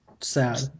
sad